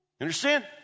Understand